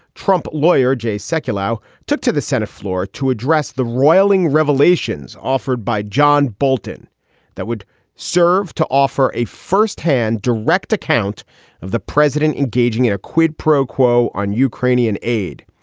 trump lawyer jay sekulow took to the senate floor to address the roiling revelations offered by john bolton that would serve to offer a firsthand direct account of the president engaging in a quid pro quo on ukrainian aid,